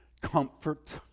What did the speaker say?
Comfort